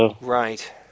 Right